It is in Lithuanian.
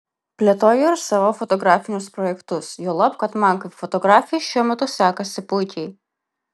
plėtoju ir savo fotografinius projektus juolab kad man kaip fotografei šiuo metu sekasi puikiai